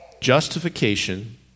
Justification